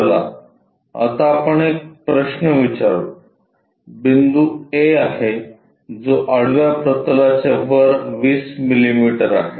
चला आता आपण एक प्रश्न विचारू बिंदू A आहे जो आडव्या प्रतलाच्या वर 20 मिलिमीटर आहे